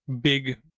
big